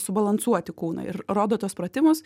subalansuoti kūną ir rodo tuos pratimus